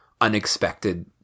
unexpected